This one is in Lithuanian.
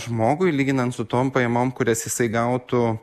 žmogui lyginant su tom pajamom kurias jisai gautų